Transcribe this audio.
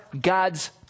God's